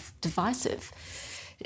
divisive